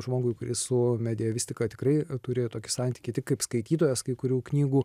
žmogui kuris su medievistika tikrai turėjo tokį santykį tik kaip skaitytojas kai kurių knygų